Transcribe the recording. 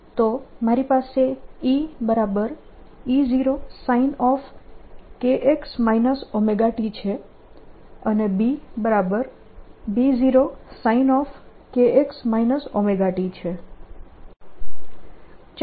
તો મારી પાસે EE0sin kx ωt છે અને BB0sin kx ωt છે